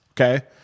okay